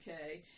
Okay